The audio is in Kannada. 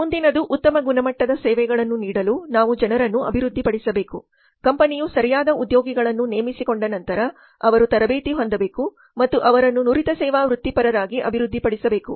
ಮುಂದಿನದು ಉತ್ತಮ ಗುಣಮಟ್ಟದ ಸೇವೆಗಳನ್ನು ನೀಡಲು ನಾವು ಜನರನ್ನು ಅಭಿವೃದ್ಧಿಪಡಿಸಬೇಕು ಕಂಪನಿಯು ಸರಿಯಾದ ಉದ್ಯೋಗಿಗಳನ್ನು ನೇಮಿಸಿಕೊಂಡ ನಂತರ ಅವರು ತರಬೇತಿ ಹೊಂದಬೇಕು ಮತ್ತು ಅವರನ್ನು ನುರಿತ ಸೇವಾ ವೃತ್ತಿಪರರಾಗಿ ಅಭಿವೃದ್ಧಿಪಡಿಸಬೇಕು